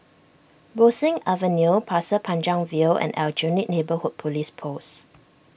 Bo Seng Avenue Pasir Panjang View and Aljunied Neighbourhood Police Post